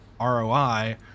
ROI